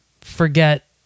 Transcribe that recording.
forget